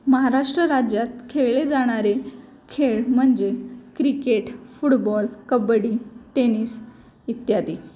महाराष्ट्र राज्यात खेळले जाणारे खेळ म्हणजे क्रिकेट फुटबॉल कबड्डी टेनिस इत्यादी